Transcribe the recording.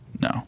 No